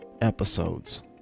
Episodes